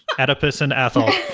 oedipus and ethel.